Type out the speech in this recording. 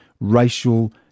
racial